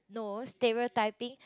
no stereotyping